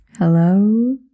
Hello